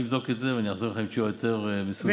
אני אבדוק את זה ואני אחזיר לך תשובה יותר מסודרת.